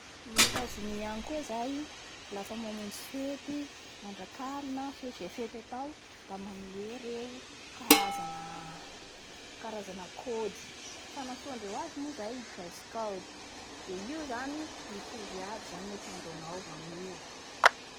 Gnolo a Arzentiny agny koa zany da catholika aby ny akamaroany ny roa ambin'ny sivifolo isanjaton'ny ponina any Kristianina, ny roa isanjato protestant, ny roa isanjato juif, ny raiky isanjato Musulmane.